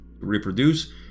reproduce